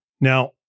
Now